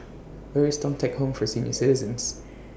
Where IS Thong Teck Home For Senior Citizens